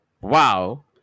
Wow